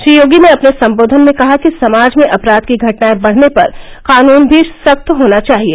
श्री योगी ने अपने संबोधन में कहा कि समाज में अपराध की घटनाएं बढ़ने पर कानून भी सख्त होना चाहिए